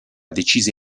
decise